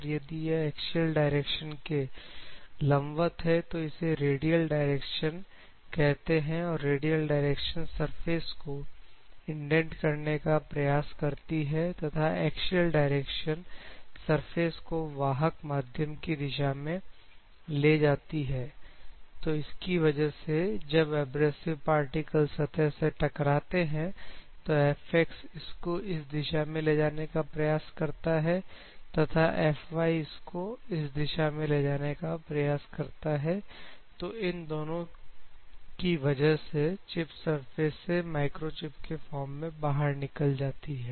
और यदि यह एक्सियल डायरेक्शन के लंबवत है तो इसे रेडियल डायरेक्शन कहते हैं तो रेडियल डायरेक्शन सरफेस को इंडेंट करने का प्रयास करती है तथा एक्सियल डायरेक्शन सरफेस को वाहक माध्यम की दिशा में ले जाती है तो इसकी वजह से जब एब्रेसिव पार्टिकल्स सतह से टकराते हैं तो Fx इसको इस दिशा में ले जाने का प्रयास करता है तथा Fy इसको इस दिशा में ले जाने का प्रयास करता है तो इन दोनों की वजह से चिप सरफेस से माइक्रोचिप के फॉर्म में बाहर निकल जाती है